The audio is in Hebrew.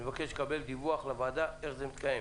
אני מבקש לקבל דיווח לוועדה איך זה מתקיים.